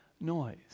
noise